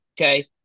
Okay